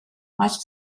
much